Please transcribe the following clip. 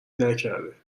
نکرده